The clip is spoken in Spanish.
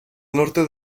norte